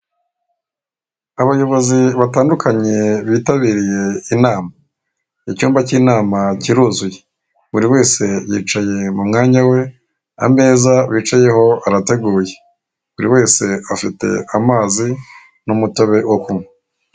Abayobozi batandukanye bitabiriye inama icyumba cy'inama kiruzuye, buri wese yicaye mu mwanya we ameza bicayeho arateguye buri wese afite amazi n'umutobe wo kunywa.